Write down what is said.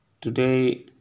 today